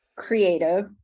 creative